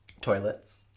Toilets